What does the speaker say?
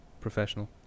professional